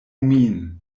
min